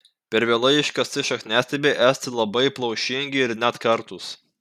per vėlai iškasti šakniastiebiai esti labai plaušingi ir net kartūs